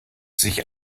sich